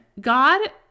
God